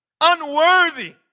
unworthy